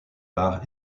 par